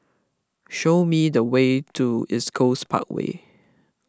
show me the way to East Coast Parkway